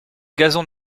gazon